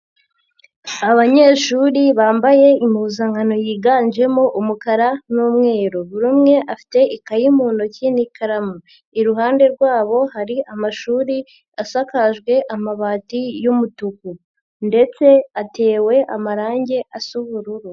Abanyeshuri bambaye impuzankano yiganjemo umukara n'umweru, buri umwe afite ikayi mu ntoki n'ikaramu, iruhande rwabo hari amashuri asakajwe amabati y'umutuku ndetse atewe amarangi asa ubururu.